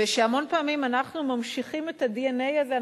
ושהמון פעמים אנחנו ממשיכים את ה-DNA הזה,